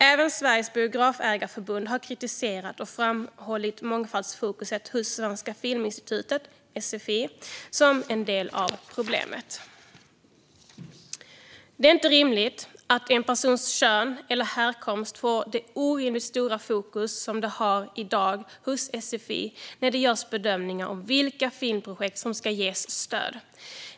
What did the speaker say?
Även Sveriges Biografägareförbund har kritiserat detta och framhållit mångfaldsfokuset hos Svenska Filminstitutet, SFI, som en del av problemet. Det är inte rimligt att en persons kön eller härkomst får det orimligt stora fokus som det har i dag hos SFI när det görs bedömningar av vilka filmprojekt som ska ges stöd.